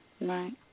Right